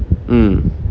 mm